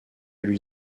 lui